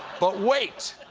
but, wait,